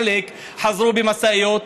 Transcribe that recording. חלק חזרו במשאיות,